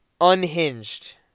unhinged